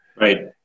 Right